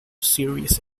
series